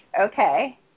okay